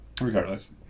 Regardless